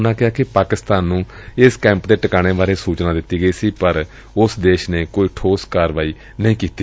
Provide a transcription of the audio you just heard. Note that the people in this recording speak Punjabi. ਉਨੂਾ ਕਿਹਾ ਕਿ ਪਾਕਿਸਤਾਨ ਨੂੰ ਇਸ ਕੈਂਪ ਦੇ ਟਿਕਾਣੇ ਬਾਰੇ ਸੁਚਨਾ ਦਿੱਤੀ ਗਈ ਸੀ ਪਰ ਉਸ ਨੇ ਕੋਈ ਠੋਸ ਕਾਰਵਾਈ ਨਹੀਂ ਕੀਤੀ